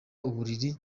uburiri